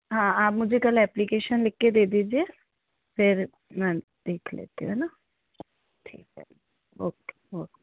हाँ आप मुझे कल एप्लीकेशन लिख कर दे दीजिए फिर मैं देख लेती हूँ है ना ठीक है ओके ओके